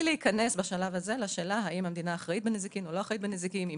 להיכנס בשלב זה לשאלה האם המדינה אחראית בנזיקין או לא,